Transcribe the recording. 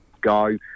go